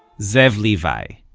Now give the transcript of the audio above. zev levi.